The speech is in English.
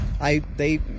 I—they